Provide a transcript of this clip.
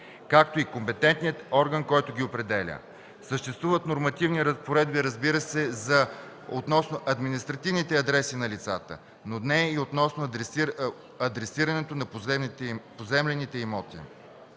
както и компетентният орган, който ги определя. Съществуват нормативни разпоредби, разбира се, относно административните адреси на лицата, но не и относно адресирането на поземлените имоти.